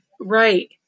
Right